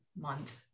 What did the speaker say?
month